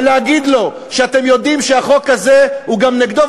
ולהגיד לו שאתם יודעים שהחוק הזה הוא גם נגדו,